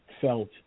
felt –